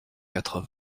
quatre